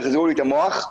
תחזירו לי את המוח,